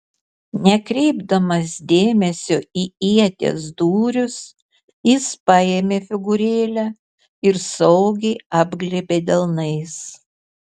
nekreipdamas dėmesio į ieties dūrius jis paėmė figūrėlę ir saugiai apglėbė delnais